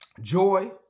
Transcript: joy